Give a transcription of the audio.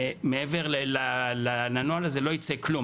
לא יצא כלום.